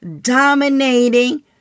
dominating